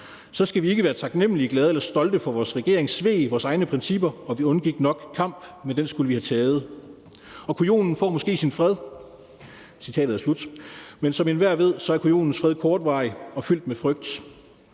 skal vi ikke være taknemlige, glade eller stolte, for vores regeringen sveg vores egne principper, og vi undgik nok kamp, men den skulle vi have taget. Kujonen får måske sin fred, men som enhver ved, er kujonens fred kortvarig og fyldt med frygt,